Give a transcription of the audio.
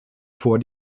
vor